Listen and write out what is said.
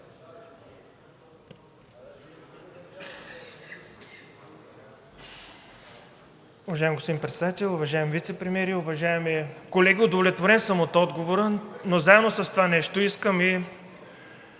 Уважаеми господин Председател, уважаеми вицепремиери, уважаеми колеги! Удовлетворен съм от отговора, но заедно с това искам да